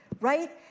Right